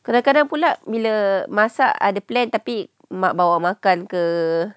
kadang-kadang pula bila masak ada plan tapi mak bawa makan ke